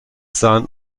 son